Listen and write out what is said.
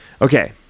Okay